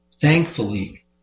thankfully